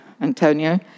Antonio